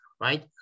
right